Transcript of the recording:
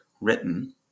written